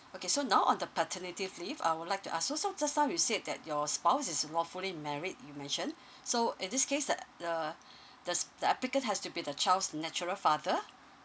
okay so now on the paternity leave I would like to ask you so just now you said that your spouse is lawfully married you mentioned so in this case the the the applicant has to be the child's natural father